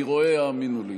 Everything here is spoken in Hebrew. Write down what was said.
אני רואה, האמינו לי.